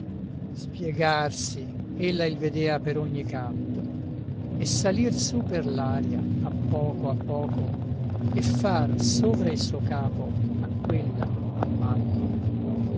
spiegarsi ella il vedea per ogni canto e salir su per l'aria a poco a poco e far sovra il suo capo a quella ammanto